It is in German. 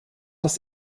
das